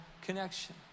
connection